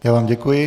Já vám děkuji.